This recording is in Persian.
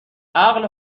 عقل